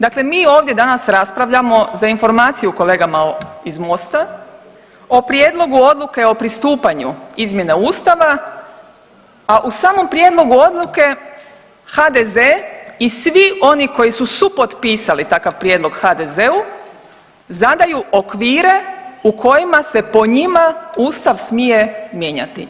Dakle, mi ovdje danas raspravljamo za informaciju kolegama iz MOST-a o Prijedlogu Odluke o pristupanju izmjena Ustava, a u samom prijedlogu odluke HDZ i svi oni koji su supotpisali takav prijedlog HDZ-u zadaju okvire u kojima se po njima Ustav smije mijenjati.